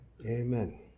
Amen